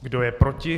Kdo je proti?